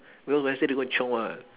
because wednesday they go and chiong [what]